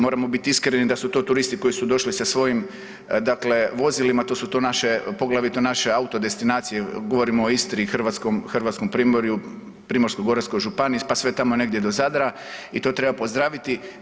Moramo biti iskreni da su to turisti koji su došli sa svojim vozilima, to su poglavito naše auto destinacije, govorimo o Istri i o Hrvatskom primorju, Primorsko-goranskoj županiji pa sve tamo negdje do Zadra i to treba pozdraviti.